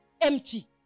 empty